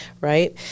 right